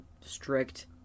strict